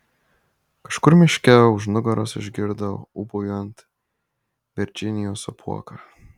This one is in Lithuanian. kažkur miške už nugaros išgirdo ūbaujant virdžinijos apuoką